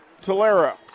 Tolera